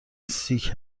سیک